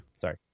Sorry